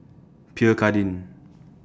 Pierre Cardin